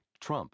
Trump